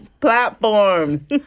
platforms